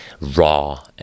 raw